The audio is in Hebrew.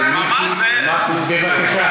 זה מיקי מכלוף זוהר.